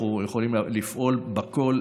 ואנחנו יכולים לפעול בכול,